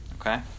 okay